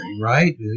right